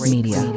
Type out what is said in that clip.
Media